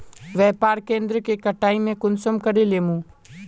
व्यापार केन्द्र के कटाई में कुंसम करे लेमु?